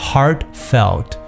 Heartfelt